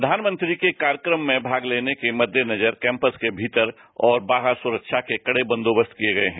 प्रयानमंत्री के कार्यक्रम में भाग लेने के मद्देनजर कैंपस के भीतर और बाहर सुरक्षा के कड़े बंदोबस्त किए गए हैं